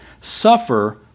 Suffer